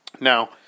Now